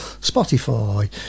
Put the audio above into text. Spotify